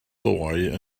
ddoe